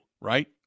right